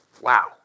Wow